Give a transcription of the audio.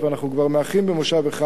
אנחנו כבר מאחרים במושב אחד.